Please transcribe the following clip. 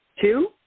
Two